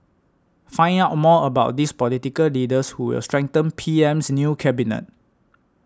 find out more about these political leaders who will strengthen P M's new cabinet